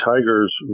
Tiger's